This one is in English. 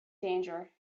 danger